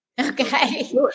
Okay